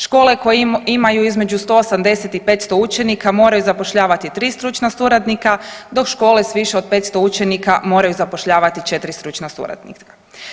Škole koje imaju između 180 i 500 učenika moraju zapošljavati tri stručna suradnika dok škole s više od 500 učenika moraju zapošljavati četiri stručna suradnika.